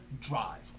drive